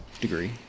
Degree